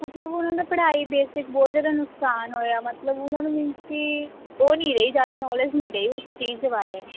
ਮਤਲਬ ਉਹਨਾਂ ਦਾ ਪੜ੍ਹਾਈ ਬੇਸਿਕ ਬਹੁਤ ਜ਼ਿਆਦਾ ਨੁਕਸਾਨ ਹੋਇਆ ਮਤਲਬ ਉਹਨਾਂ ਨੂੰ ਮੀਨਜ਼ ਕਿ ਉਹ ਨਹੀਂ ਰਹੀ ਜ਼ਿਆਦਾ ਨੌਲੇਜ ਨਹੀਂ ਰਹੀ ਉਸ ਚੀਜ਼ ਦੇ ਬਾਰੇ